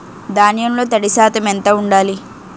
ధాన్యంలో తడి శాతం ఎంత ఉండాలి?